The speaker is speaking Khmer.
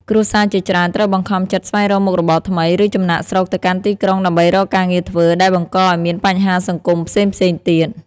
គ្រួសារជាច្រើនត្រូវបង្ខំចិត្តស្វែងរកមុខរបរថ្មី ឬចំណាកស្រុកទៅកាន់ទីក្រុងដើម្បីរកការងារធ្វើ ដែលបង្កឱ្យមានបញ្ហាសង្គមផ្សេងៗទៀត។